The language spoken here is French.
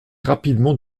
rapidement